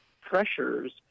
pressures